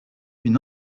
une